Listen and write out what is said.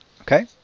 Okay